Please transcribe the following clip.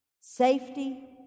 safety